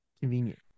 Convenient